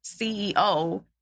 CEO